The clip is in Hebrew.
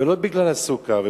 ולא בגלל הסוכר.